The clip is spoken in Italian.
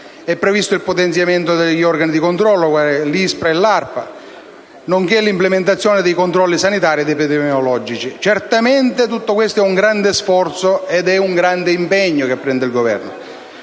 È previsto il potenziamento degli organi di controllo ISPRA e ARPA nonché l'implementazione dei controlli sanitari ed epidemiologici. Certamente tutto questo è un grande sforzo e un grande impegno. Non siamo certi